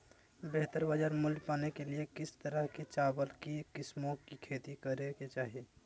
बेहतर बाजार मूल्य पाने के लिए किस तरह की चावल की किस्मों की खेती करे के चाहि?